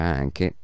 anche